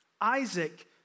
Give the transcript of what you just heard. Isaac